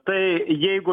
tai jeigu